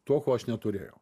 to ko aš neturėjau